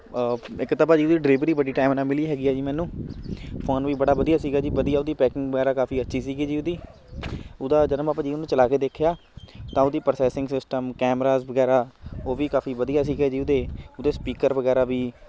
ਇੱਕ ਤਾਂ ਭਾਅ ਜੀ ਓਹਦੀ ਡਿਲੀਵਰੀ ਬੜੀ ਟਾਈਮ ਨਾਲ ਮਿਲੀ ਹੈਗੀ ਹੈ ਜੀ ਮੈਨੂੰ ਫ਼ੋਨ ਵੀ ਬੜਾ ਵਧੀਆ ਸੀਗਾ ਜੀ ਵਧੀਆ ਉਹਦੀ ਪੈਕਿੰਗ ਵਗੈਰਾ ਕਾਫੀ ਅੱਛੀ ਸੀਗੀ ਜੀ ਉਹਦੀ ਉਹਦਾ ਜਦ ਮੈਂ ਭਾਅ ਜੀ ਉਹਨੂੰ ਚਲਾ ਕੇ ਦੇਖਿਆ ਤਾਂ ਉਹਦੀ ਪ੍ਰੋਸੈਸਿੰਗ ਸਿਸਟਮ ਕੈਮਰਾਜ ਵਗੈਰਾ ਉਹ ਵੀ ਕਾਫੀ ਵਧੀਆ ਸੀਗੇ ਜੀ ਉਹਦੇ ਉਹਦੇ ਸਪੀਕਰ ਵਗੈਰਾ ਵੀ